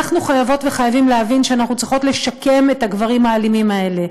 אנחנו חייבות וחייבים להבין שאנחנו צריכות לשקם את הגברים האלימים האלה,